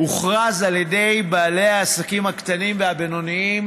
הוכרז על ידי בעלי העסקים הקטנים והבינוניים